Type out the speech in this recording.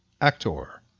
Actor